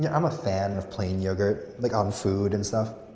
yeah i'm a fan of plain yogurt, like on food and stuff,